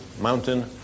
mountain